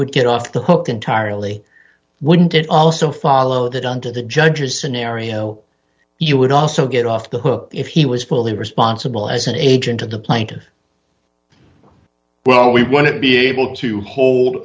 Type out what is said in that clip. would get off the hook entirely wouldn't it also follow that under the judge's scenario you would also get off the hook if he was fully responsible as an agent of the plaintiff well we won't be able to hold